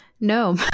No